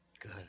Good